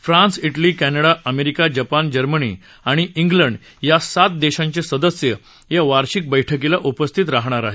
France Italy Canada America Japan Germany आणि England या सात देशांचे सदस्य या वार्षिक बैठकीला उपस्थित राहणार आहेत